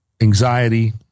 anxiety